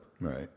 Right